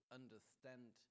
understand